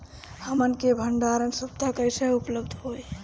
हमन के भंडारण सुविधा कइसे उपलब्ध होई?